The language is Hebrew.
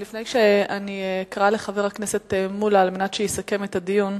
ולפני שאני אקרא לחבר הכנסת מולה על מנת שיסכם את הדיון,